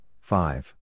five